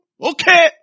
Okay